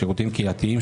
שירותים קהילתיים,